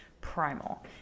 primal